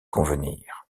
convenir